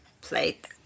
plate